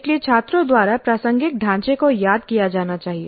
इसलिए छात्रों द्वारा प्रासंगिक ढांचे को याद किया जाना चाहिए